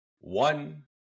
one